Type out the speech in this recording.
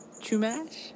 Chumash